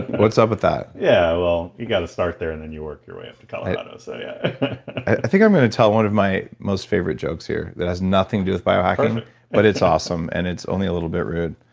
what's up with that? yeah well, you got to start there and then you work your way up to colorado so yeah i think i'm going to tell one of my most favorite jokes here, that has nothing to do with biohacking perfect but it's awesome, and it's only a little bit rude.